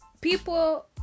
people